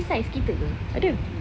dia ada size kita ke macam gini